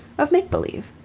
of make-believe.